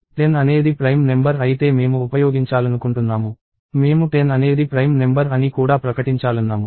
10 అనేది prime number అయితే మేము ఉపయోగించాలనుకుంటున్నాము మేము 10 అనేది ప్రైమ్ నెంబర్ అని కూడా ప్రకటించాలన్నాము